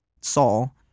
Saul